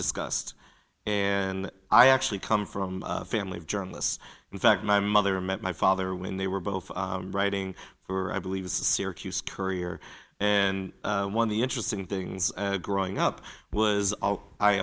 discussed and i actually come from a family of journalists in fact my mother met my father when they were both writing for i believe a syracuse courier and one of the interesting things growing up was i